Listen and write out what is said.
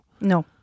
no